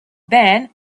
then